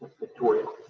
victoria.